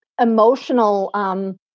emotional